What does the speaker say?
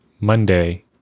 Monday